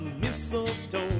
mistletoe